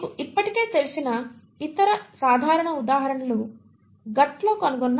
మీకు ఇప్పటికే తెలిసిన ఇతర సాధారణ ఉదాహరణలు గట్లో కనుగొన్న ఈ